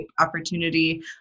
opportunity